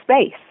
space